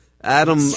Adam